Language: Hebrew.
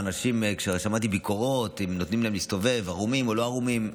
כששמעתי ביקורות אם נותנים לשבויים להסתובב עירומים או לא עירומים,